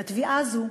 את התביעה הזו,